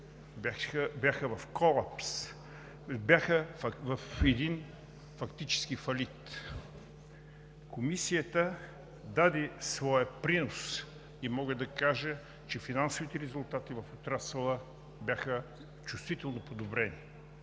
бяха в колапс, бяха в един фактически фалит. Комисията даде своя принос и мога да кажа, че финансовите резултати в отрасъла бяха чувствително подобрени.